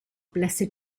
blessed